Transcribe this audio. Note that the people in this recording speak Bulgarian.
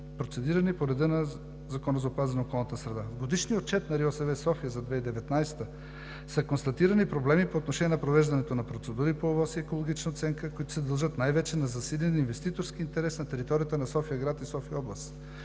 процедирани по реда на Закона за опазване на околната среда. В Годишния отчет на РИОСВ – София, за 2019 г. са констатирани проблеми по отношение провеждането на процедури по Оценка на въздействие на околната среда и екологична оценка, които се дължат най-вече на засилен инвеститорски интерес на територията на София-град и София-област,